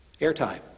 airtime